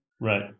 Right